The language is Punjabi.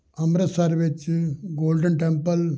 ਅੰਮ੍ਰਿਤਸਰ ਵਿੱਚ ਗੋਲਡਨ ਟੈਂਪਲ